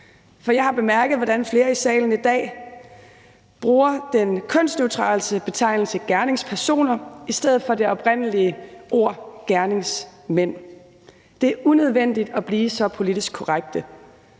Jeg har bemærket, hvordan flere i salen i dag bruger den kønsneutrale betegnelse gerningspersoner i stedet for det oprindelige ord gerningsmænd. Det er unødvendigt at blive så politisk korrekt.